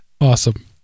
Awesome